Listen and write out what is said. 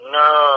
no